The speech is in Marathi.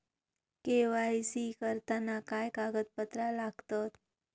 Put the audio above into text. के.वाय.सी करताना काय कागदपत्रा लागतत?